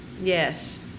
Yes